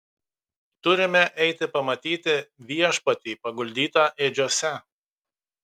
turime eiti pamatyti viešpatį paguldytą ėdžiose